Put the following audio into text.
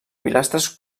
pilastres